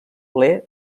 ple